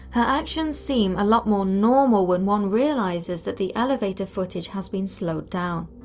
her actions seem a lot more normal when one realizes that the elevator footage has been slowed down.